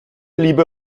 liebe